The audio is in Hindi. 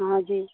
हाँ जी